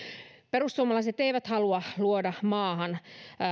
perussuomalaiset eivät halua luoda maahan